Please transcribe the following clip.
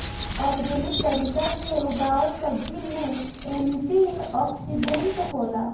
organic तरीका से उगावल सब्जी में एंटी ओक्सिडेंट होला